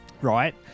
Right